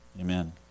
Amen